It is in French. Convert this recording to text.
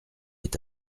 est